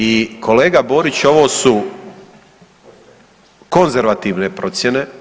I kolega Borić ovo su konzervativne procjene.